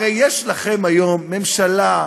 הרי יש לכם היום ממשלה,